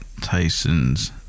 Tyson's